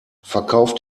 verkauft